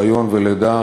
היריון ולידה,